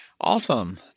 Awesome